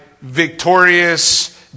victorious